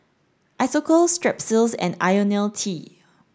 Isocal Strepsils and Ionil T